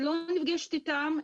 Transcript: היא לא נפגשת איתם.